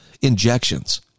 injections